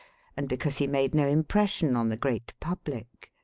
and because he made no impression on the great public.